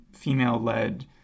female-led